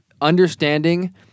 understanding